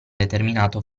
determinato